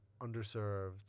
underserved